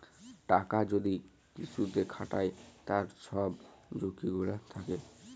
টাকা যদি কিসুতে খাটায় তার সব ঝুকি গুলা থাক্যে